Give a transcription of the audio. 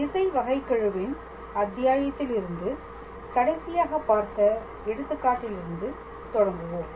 திசை வகைகெழுவின் அத்தியாயத்தில் இருந்து கடைசியாக பார்த்த எடுத்துகாட்டிலிருந்து தொடங்குவோம்